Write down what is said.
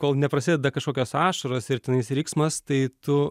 kol neprasideda kažkokios ašaros ir tenais riksmas tai tu